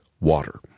water